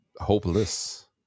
hopeless